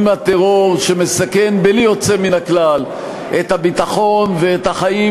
עם הטרור שמסכן את הביטחון ואת החיים,